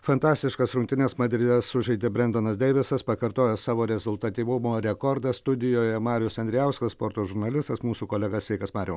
fantastiškas rungtynes madride sužaidė brendonas deivisas pakartojo savo rezultatyvumo rekordą studijoje marius andrijauskas sporto žurnalistas mūsų kolega sveikas mariau